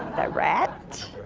a rat?